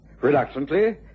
Reluctantly